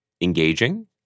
engaging